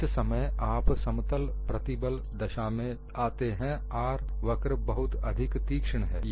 जिस समय आप समतल प्रतिबल दशा में आते हैं और R वक्र बहुत अधिक तीक्ष्ण है